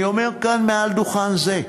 אני אומר כאן, מעל דוכן זה: